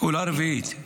פעולה רביעית,